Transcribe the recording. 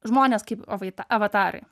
žmonės kaip avaita avatarai